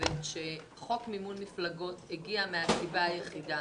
חושבת שחוק מימון המפלגות הגיע מן הסיבה היחידה